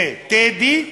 ב"טדי",